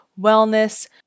wellness